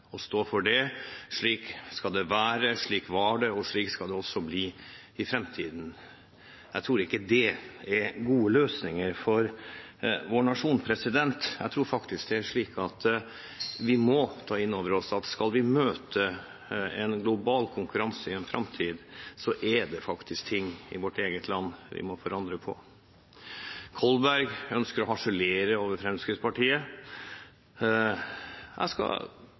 for – slik skal det være, slik var det, og slik skal det også bli i framtiden. Jeg tror ikke det er gode løsninger for vår nasjon. Jeg tror faktisk det er slik at vi må ta innover oss at skal vi møte en global konkurranse i framtiden, er det ting i vårt eget land vi må forandre på. Kolberg ønsker å harselere over Fremskrittspartiet. Jeg skal